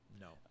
No